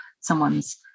someone's